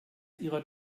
ihrer